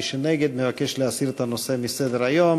מי שנגד מבקש להסיר את הנושא מסדר-היום.